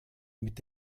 mit